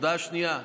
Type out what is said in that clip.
הודעה שנייה.